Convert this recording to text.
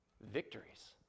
Victories